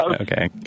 okay